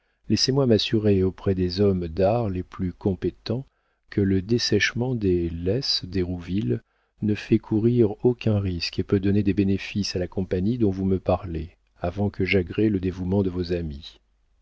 laissez-moi m'assurer auprès des hommes d'art les plus compétents que le desséchement des laisses d'hérouville ne fait courir aucuns risques et peut donner des bénéfices à la compagnie dont vous me parlez avant que j'agrée le dévouement de vos amis